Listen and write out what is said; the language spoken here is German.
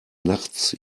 nachts